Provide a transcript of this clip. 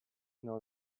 know